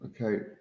Okay